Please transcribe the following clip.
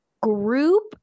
Group